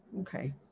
Okay